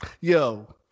Yo